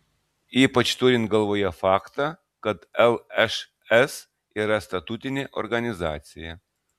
ypač turint galvoje faktą kad lšs yra statutinė organizacija